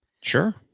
Sure